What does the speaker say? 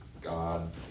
God